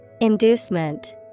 Inducement